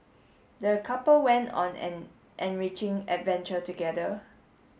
the couple went on an enriching adventure together